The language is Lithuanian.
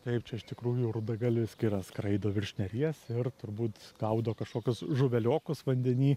taip čia iš tikrųjų rudagalvis kiras skraido virš neries ir turbūt gaudo kažkokius žuveliokus vandenį